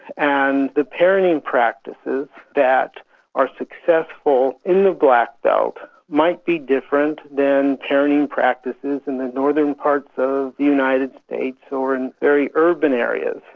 and the parenting practices that are successful in the black belt might be different than parenting practices in the northern parts of the united states or in very urban areas.